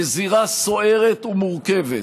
בזירה סוערת ומורכבת,